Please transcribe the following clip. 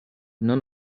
none